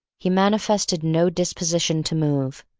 he manifested no disposition to move,